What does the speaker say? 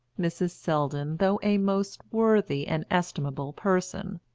mrs. selldon, though a most worthy and estimable person,